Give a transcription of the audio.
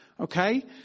okay